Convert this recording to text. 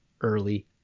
early